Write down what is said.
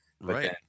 right